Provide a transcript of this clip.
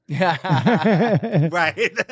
Right